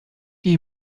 you